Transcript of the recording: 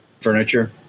furniture